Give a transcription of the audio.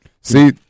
See